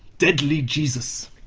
deadly jesus.